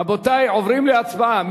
רבותי, עוברים להצבעה.